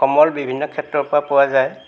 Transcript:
সমল বিভিন্ন ক্ষেত্ৰৰপৰা পোৱা যায়